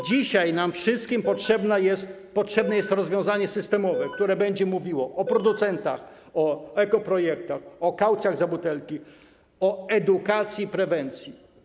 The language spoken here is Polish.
Dzisiaj nam wszystkim potrzebne jest rozwiązanie systemowe, które będzie mówiło o producentach, o ekoprojektach, o kaucjach za butelki, o edukacji, prewencji.